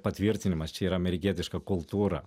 patvirtinimas čia yra amerikietiška kultūra